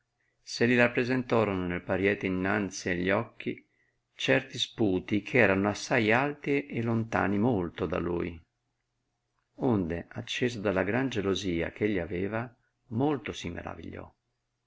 se li rappresentorono nel pariete innanzi a gli occhi certi sputi che erano assai alti e lontani molto da lui onde acceso dalla gran gelosia che egli aveva molto si maravigliò